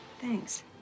Thanks